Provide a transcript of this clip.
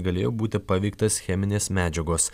galėjo būti paveiktas cheminės medžiagos